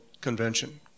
convention